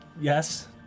Yes